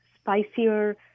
spicier